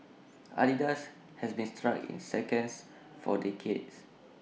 Adidas has been stuck in seconds for decades